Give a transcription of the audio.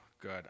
good